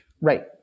Right